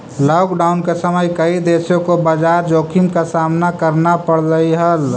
lockdown के समय कई देशों को बाजार जोखिम का सामना करना पड़लई हल